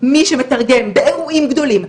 מי שמתרגם באירועים גדולים,